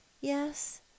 Yes